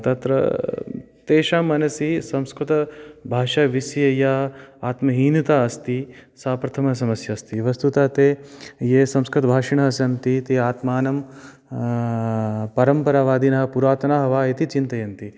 तत्र तेषां मनसि संस्कृतभाषाविषये या आत्महीनता अस्ति सा प्रथमसमस्या अस्ति वस्तुतः ते ये संस्कृतभाषिणः सन्ति ते आत्मानं परम्परावादिनः पुरातनाः वा इति चिन्तयन्ति